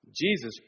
Jesus